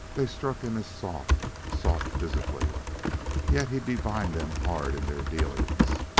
they struck him as soft soft physically yet he divined them hard in their dealings,